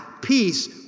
peace